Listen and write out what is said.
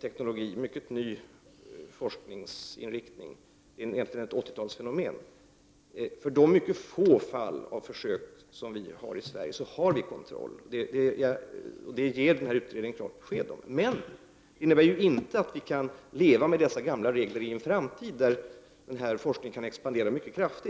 teknologi, en mycket ny forskningsinriktning. Det är fråga om ett 80-talsfenomen. Vi har kontroll över de mycket få fall av försök som förekommer i Sverige, och denna utredning ger också klart besked om detta. Men det innebär inte att vi kan leva med dessa gamla regler i en framtid där denna forskning kan expandera mycket kraftigt.